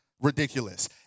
Ridiculous